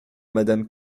madame